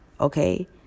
Okay